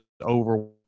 over